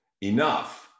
enough